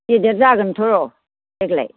गेदेर जागोन्थ' देग्लाय